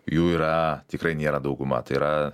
jų yra tikrai nėra dauguma tai yra